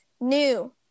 new